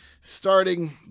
starting